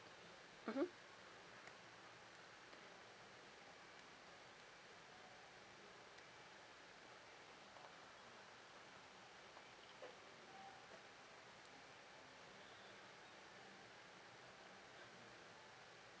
mmhmm